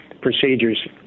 procedures